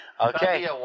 Okay